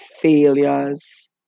failures